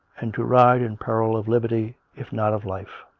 and to ride in peril of liberty if not of life.